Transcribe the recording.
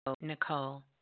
Nicole